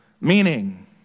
meaning